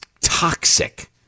toxic